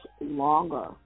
longer